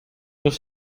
das